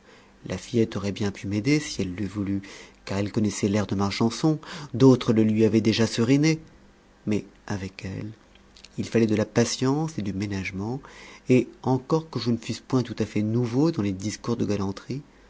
la fillette aurait bien pu m'aider si elle l'eût voulu car elle connaissait l'air de ma chanson d'autres le lui avaient déjà seriné mais avec elle il fallait de la patience et du ménagement et encore que je ne fusse point tout à fait nouveau dans les discours de galanterie